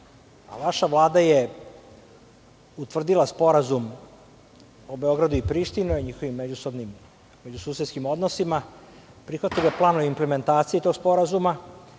Vaša Vlada je utvrdila Sporazum o Beogradu i Prištini, o njihovim međusobnim i susetskim odnosima, prihvatila je plan o implementaciji tog sporazuma.